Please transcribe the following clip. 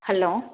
hello